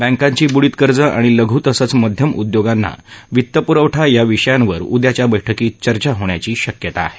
बैंकांची बुडीत कर्ज आणि लघु तसंच मध्यम उद्योगांना वित्तपुरवठा या विषयांवर उद्याच्या बैठकीत चर्चा होण्याची शक्यता आहे